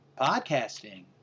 podcasting